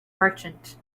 merchant